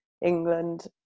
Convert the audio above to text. England